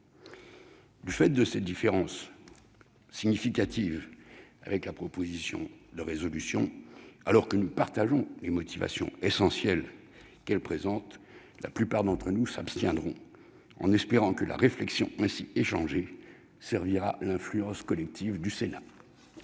Du fait de cette différence significative avec la proposition de résolution, alors que nous partageons les motivations essentielles qu'elle présente, la plupart d'entre nous s'abstiendront, en espérant que les réflexions ainsi échangées serviront l'influence collective du Sénat.